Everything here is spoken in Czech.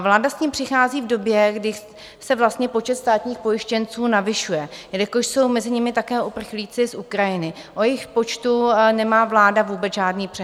Vláda s tím přichází v době, kdy se vlastně počet státních pojištěnců navyšuje, jelikož jsou mezi nimi také uprchlíci z Ukrajiny, o jejichž počtu nemá vláda vůbec žádný přehled.